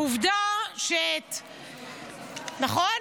עובדה נכון?